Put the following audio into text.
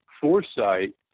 foresight